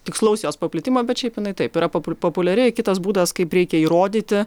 tikslaus jos paplitimo bet šiaip jinai taip yra po populiari kitas būdas kaip reikia įrodyti